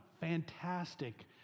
fantastic